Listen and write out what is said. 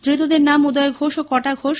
ধৃতদের নাম উদয় ঘোষ ও কটা ঘোষ